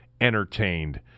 entertained